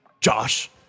Josh